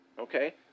Okay